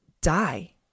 die